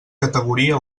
categoria